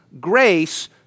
grace